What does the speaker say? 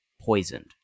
poisoned